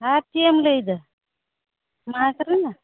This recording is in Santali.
ᱟᱨ ᱪᱮᱫ ᱮᱢ ᱞᱟᱹᱭᱮᱫᱟ ᱢᱟᱜᱽ ᱨᱮᱱᱟᱜ